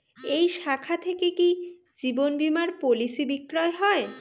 এই শাখা থেকে কি জীবন বীমার পলিসি বিক্রয় হয়?